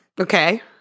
Okay